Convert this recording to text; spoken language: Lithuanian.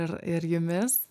ir ir jumis